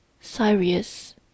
Sirius